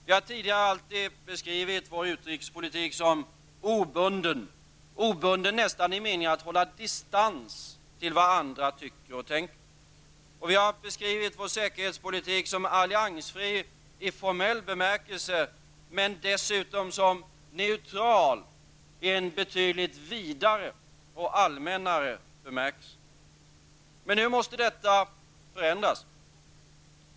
Vi har tidigare alltid beskrivit vår utrikespolitik som obunden -- nästan i meningen att hålla distans till vad andra tycker och tänker. Och vi har beskrivit vår säkerhetspolitik som alliansfri i formell bemärkelse men dessutom som neutral i en betydligt vidare och allmännare bemärkelse. Men nu måste detta förändras.